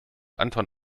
anton